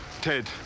Ted